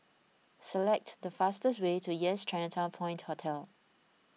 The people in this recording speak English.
select the fastest way to Yes Chinatown Point Hotel